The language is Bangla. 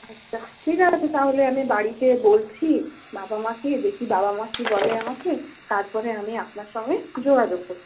আচ্ছা ঠিক আছে তাহলে আমি বাড়িতে বলছি বাবা মাকে দেখি বাবা মা কি বলে আমাকে তারপরে আমি আপনার সঙ্গে যোগাযোগ করছি